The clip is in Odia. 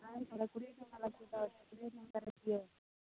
ଆଳୁ ପରା କୋଡ଼ିଏ ଟଙ୍କା ଅଛି କୋଡ଼ିଏ ଟଙ୍କାରେ ଦିଅ